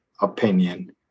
opinion